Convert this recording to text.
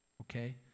okay